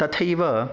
तथैव